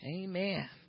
amen